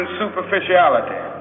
superficiality